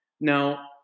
Now